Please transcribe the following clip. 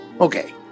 Okay